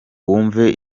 wumve